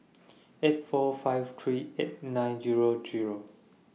eight four five three eight nine Zero Zero